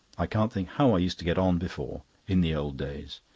i can't think how i used to get on before in the old days.